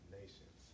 nations